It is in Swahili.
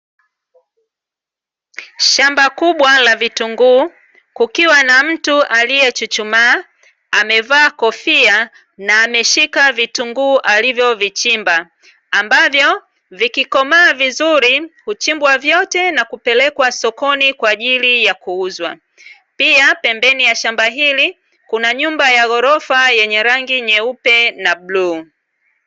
Shamba kubwa la vitunguu kukiwa na mtu aliyechuchuma amevaa kofia na ameshika vitunguu alivyovichimba ambavyo vikikomaa vizuri huchimbwa vyote na kupelekwa sokoni kwa ajili ya kuuzwa, pia pembeni ya shamba hili kuna nyumba ya ghorofa yenye rangi nyeupe na bluu.